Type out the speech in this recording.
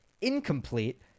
incomplete